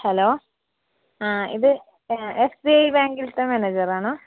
hello ആ ഇത് S B I ബാങ്കിലത്തെ മാനേജർ ആണോ